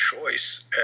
choice